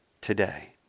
today